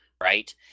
right